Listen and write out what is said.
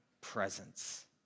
presence